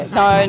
no